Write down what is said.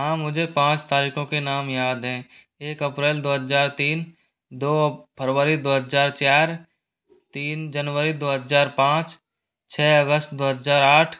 हाँ मुझे पाँच तारीखों के नाम याद हैं एक अप्रैल दो हजार तीन दो फरवरी दो हजार चार तीन जनवरी दो हजार पाँच छ अगस्त दो हजार आठ